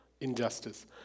injustice